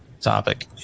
topic